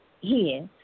Yes